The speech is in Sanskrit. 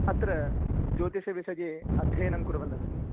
अत्र ज्योतिषविषये अध्ययनं कुर्वन्नस्मि